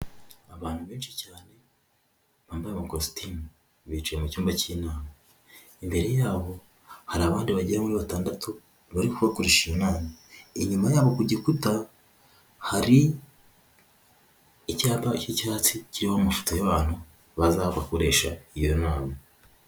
Abantu benshi cyane bambaye amakositimu bicaye mu cyumba cy'inama. Imbere yabo hari abandi bagera muri batandatu barimo bakoresha iyo nama. Inyuma yabo ku gikuta hari icyapa cy'icyatsi kiriho amafoto y'abantu baza bagakoresha iyo nama.